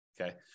Okay